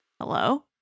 Hello